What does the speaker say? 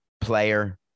player